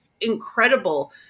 incredible